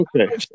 okay